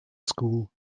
school